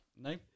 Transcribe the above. No